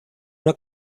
una